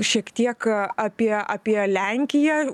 šiek tiek apie apie lenkiją